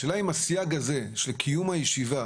השאלה אם הסייג הזה של קיום הישיבה